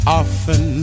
often